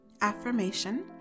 affirmation